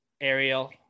Ariel